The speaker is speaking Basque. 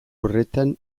horretan